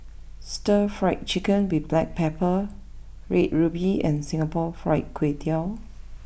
Stir Fried Chicken with Black Pepper Red ruby and Singapore Fried Kway Tiao